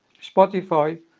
Spotify